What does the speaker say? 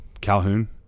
Calhoun